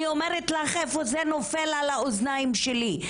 אני אומרת לך איפה זה נופל על האוזניים שלי.